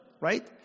right